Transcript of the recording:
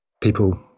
people